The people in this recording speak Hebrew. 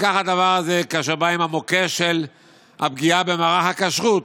וכך הדבר הזה כאשר באים עם המוקש של הפגיעה במערך הכשרות,